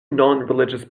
nonreligious